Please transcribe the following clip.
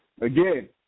again